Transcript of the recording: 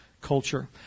culture